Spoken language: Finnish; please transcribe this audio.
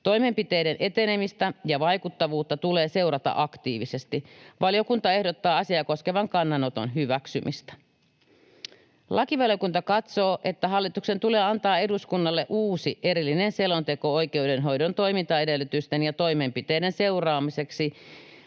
Toimenpiteiden etenemistä ja vaikuttavuutta tulee seurata aktiivisesti. Valiokunta ehdottaa asiaa koskevan kannanoton hyväksymistä. Lakivaliokunta katsoo, että hallituksen tulee antaa eduskunnalle uusi erillinen selonteko oikeudenhoidon toimintaedellytysten ja toimenpiteiden seuraamiseksi